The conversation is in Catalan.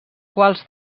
quals